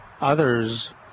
Others